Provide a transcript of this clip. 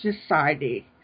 society